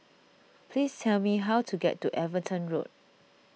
please tell me how to get to Everton Road